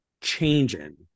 changing